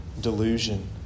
delusion